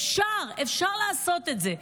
אפשר, אפשר לעשות את זה.